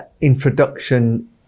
introduction